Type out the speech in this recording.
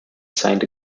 signed